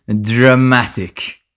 dramatic